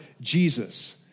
Jesus